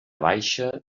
baixa